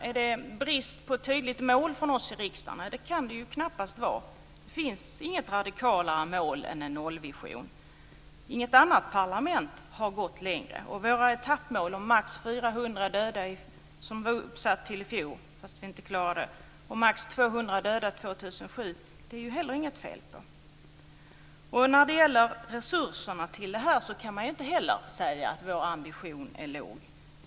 Är det brist på tydliga mål från oss i riksdagen? Nej, det kan det knappast vara. Det finns inget radikalare mål än en nollvision. Inget annat parlament har gått längre. Våra etappmål om max 400 döda i fjor, som vi inte klarade, och max 200 döda år 2007 är det heller inget fel på. När det gäller resurserna till detta kan man inte heller säga att vår ambition är låg.